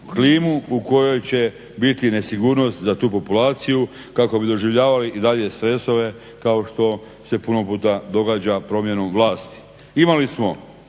u kojoj će biti nesigurnost za tu populaciju kako bi doživljavali i dalje stresove kao što se puno puta događa promjenom vlasti. Imali smo